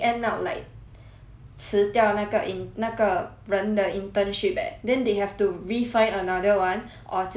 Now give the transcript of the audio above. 辞掉那个 in 那个人的 internship eh then they have to refind another one or 直接 considered failed eh